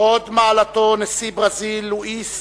הוד מעלתו נשיא ברזיל לואיס